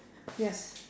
yes